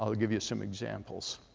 ah give you some examples.